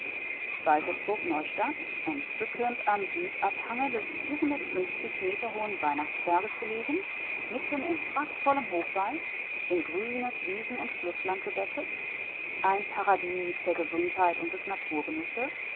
inserat waltersburg neustadt entzückend am südabhange des meter hohen weihnachtsberges gelegen mitten in prachtvollem hochwald in grünes wiesen und flußland gebettet ein paradies der gesundheit und des